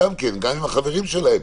גם עם החברים שלהם,